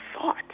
thought